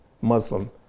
Muslim